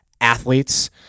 athletes